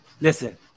Listen